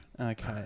Okay